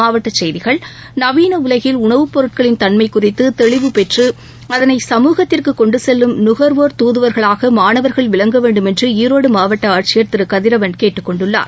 மாவட்ட செய்திகள் நவீன உலகில் உணவுப் பொருட்களின் தன்மை குறித்து தெளிவு பெற்று அதனை சமூகத்திற்கு கொண்டு செல்லும் நுகர்வோர் தூதுவர்களாக மாணவர்கள் விளங்க வேண்டும் என்று ஈரோடு மாவட்ட ஆட்சியர் திரு கதிரவன் கேட்டுக்கொண்டுள்ளார்